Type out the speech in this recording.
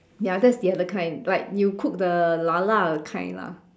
ya that's the other kind like you cook the lala the kind lah